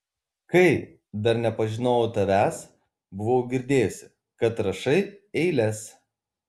kai dar nepažinojau tavęs buvau girdėjusi kad rašai eiles